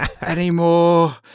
anymore